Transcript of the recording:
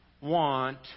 want